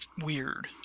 weird